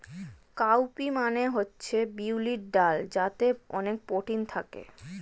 cow P মানে হচ্ছে বিউলির ডাল যাতে অনেক প্রোটিন থাকে